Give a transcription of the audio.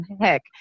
heck